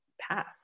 pass